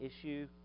issue